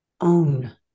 own